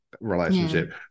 relationship